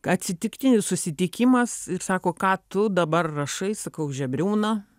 atsitiktinis susitikimas ir sako ką tu dabar rašai sakau žebriūną